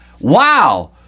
Wow